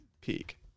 peak